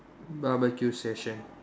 barbecue session